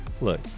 look